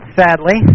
sadly